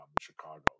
Chicago